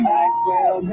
Maxwell